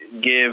give